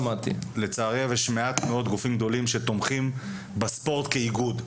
יש מעט גופים גדולים שתומכים בספורט כאיגוד,